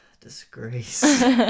Disgrace